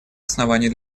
оснований